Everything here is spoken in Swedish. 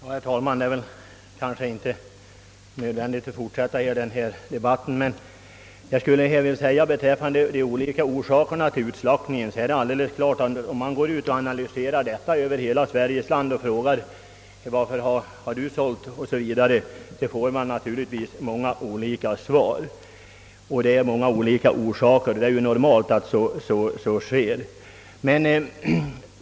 Herr talman! Det är kanske inte nödvändigt att fortsätta denna debatt. Beträffande de olika orsakerna till utslaktningen, är det alldeles klart att om man gör förfrågningar över hela Sveriges land får man skiftande svar; det är många olika orsaker, vilket är normalt inom denna näring.